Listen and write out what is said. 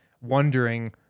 wondering